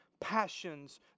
passions